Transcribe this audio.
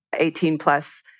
18-plus